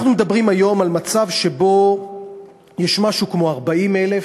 אנחנו מדברים היום על מצב שבו יש משהו כמו 40,000,